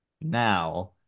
now